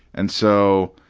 and so,